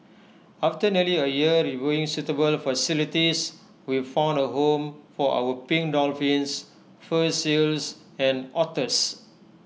after nearly A year reviewing suitable facilities we found A home for our pink dolphins fur seals and otters